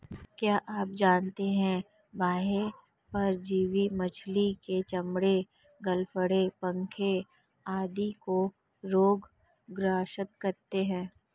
क्या आप जानते है बाह्य परजीवी मछली के चर्म, गलफड़ों, पंखों आदि को रोग ग्रस्त करते हैं?